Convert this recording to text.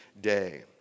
day